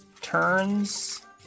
turns